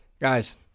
guys